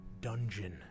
dungeon